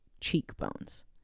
cheekbones